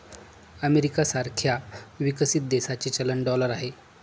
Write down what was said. America सारख्या विकसित देशाचे चलन डॉलर आहे